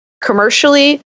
commercially